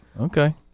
Okay